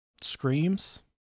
screams